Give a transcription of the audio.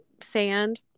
sand